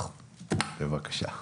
בבקשה.